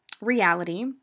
Reality